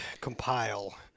compile